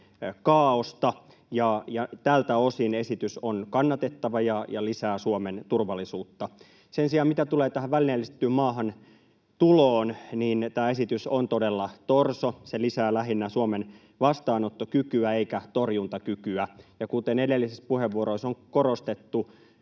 kaaosta, ja tältä osin esitys on kannatettava ja lisää Suomen turvallisuutta. Sen sijaan, mitä tulee tähän välineellistettyyn maahantuloon, tämä esitys on todella torso. Se lisää lähinnä Suomen vastaanottokykyä eikä torjuntakykyä. Ja kuten edellisissä puheenvuoroissa on korostettu,